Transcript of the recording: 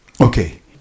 Okay